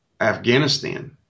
Afghanistan